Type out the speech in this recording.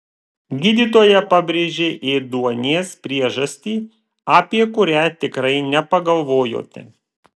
gydytoja pabrėžė ėduonies priežastį apie kurią tikrai nepagalvojote